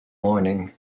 morning